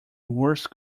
worse